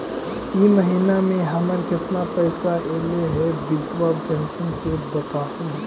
इ महिना मे हमर केतना पैसा ऐले हे बिधबा पेंसन के बताहु तो?